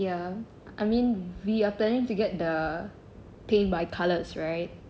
ya I mean we are planning to get the paint by colours right